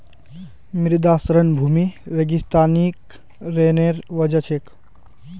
मृदा क्षरण भूमि रेगिस्तानीकरनेर वजह छेक